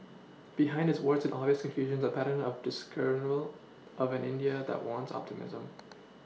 behind its warts and obvious confusions a pattern of discernible of an india that warrants optimism